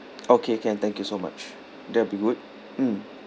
okay can thank you so much that'd be good mm